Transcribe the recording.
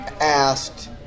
asked